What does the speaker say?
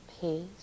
peace